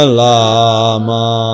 lama